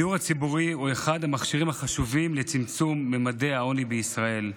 הדיור הציבורי הוא אחד המכשירים החשובים לצמצום ממדי העוני בישראל.